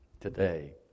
today